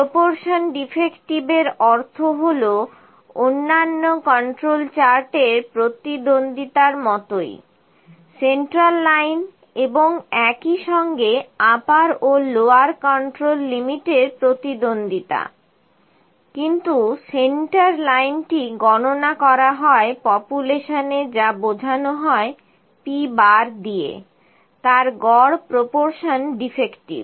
proportion defective এর অর্থ হলো অন্যান্য কন্ট্রোল চার্টের প্রতিদ্বন্দিতার মতনই সেন্ট্রাল লাইন এবং একইসঙ্গে আপার ও লোয়ার কন্ট্রোল লিমিটের প্রতিদ্বন্দ্বীতা কিন্তু সেন্টার লাইনটি গণনা করা হয় পপুলেশনে যা বোঝানো হয় p দিয়ে তার গড় প্রপরশন ডিফেক্টিভ